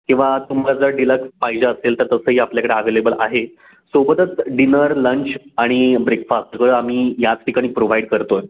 किंवा तुम्हाला जर डिलक्स पाहिजे असेल तर तसंही आपल्याकडे अव्हेलेबल आहे सोबतच डिनर लंच आणि ब्रेकफास्ट सगळं आम्ही याच ठिकाणी प्रोव्हाइड करतो आहे